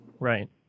Right